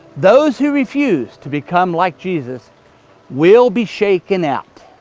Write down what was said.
those who refuse to become like jesus will be shaken out.